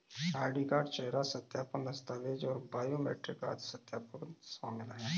ID card, चेहरा सत्यापन, दस्तावेज़ और बायोमेट्रिक आदि सत्यापन शामिल हैं